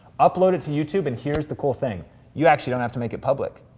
upload it to youtube, and here's the cool thing you actually don't have to make it public.